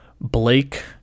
Blake